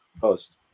post